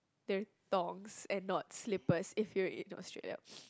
they're thongs and not slippers if you're in Australia